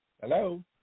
Hello